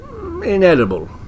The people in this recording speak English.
inedible